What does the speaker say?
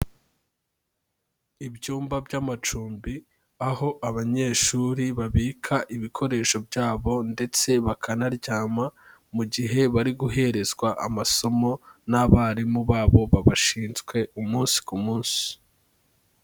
Ibyumba by'amacumbi, aho abanyeshuri babika ibikoresho byabo ndetse bakanaryama mu gihe bari guherezwa amasomo n'abarimu babo babashinzwe, umunsi ku munsi.